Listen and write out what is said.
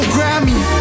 Grammy